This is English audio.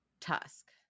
tusk